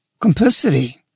complicity